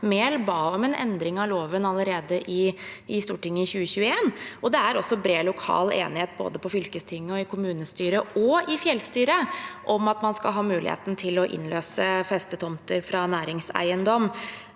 om en endring av loven allerede i 2021. Det er også bred lokal enighet både i fylkestinget, i kommunestyret og i fjellstyret om at man skal ha muligheten til å innløse festetomter fra næringseiendom.